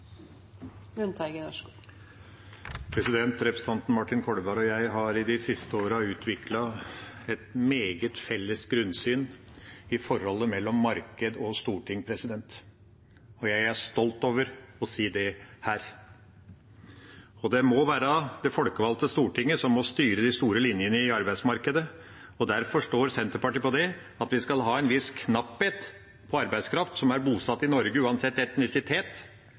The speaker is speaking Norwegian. Lundteigen har hatt ordet to ganger tidligere og får ordet til en kort merknad, begrenset til 1 minutt. Representanten Martin Kolberg og jeg har de siste årene utviklet et meget felles grunnsyn på forholdet mellom marked og storting, og jeg er stolt over å si det her. Det må være det folkevalgte Stortinget som styrer de store linjene i arbeidsmarkedet. Derfor står Senterpartiet på det, at vi skal ha en viss knapphet på arbeidskraft som er bosatt i Norge, uansett etnisitet,